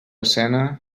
cena